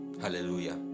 hallelujah